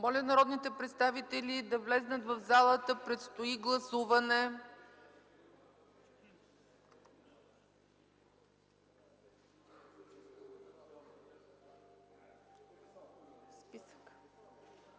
Моля народните представители да влязат в залата – предстои гласуване.